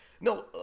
No